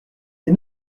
des